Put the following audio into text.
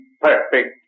perfect